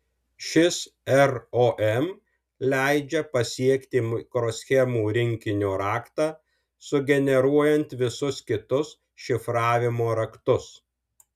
šis rom leidžia pasiekti mikroschemų rinkinio raktą sugeneruojant visus kitus šifravimo raktus